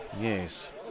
Yes